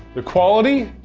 the quality.